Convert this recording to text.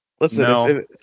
Listen